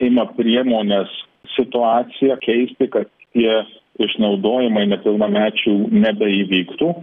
ima priemones situaciją keisti kad tie išnaudojimai nepilnamečių nebeįvyktų